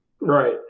Right